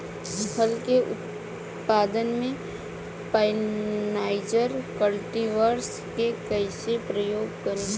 फल के उत्पादन मे पॉलिनाइजर कल्टीवर्स के कइसे प्रयोग करी?